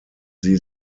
sie